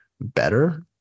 better